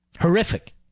Horrific